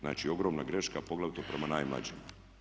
Znači ogromna greška, poglavito prema najmlađima.